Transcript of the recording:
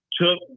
took